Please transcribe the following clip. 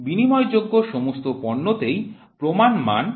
বিনিময়যোগ্য সমস্ত পণ্যতেই প্রমাণ মান বজায় রাখতে হয়